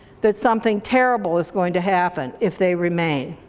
that something terrible is going to happen if they remain.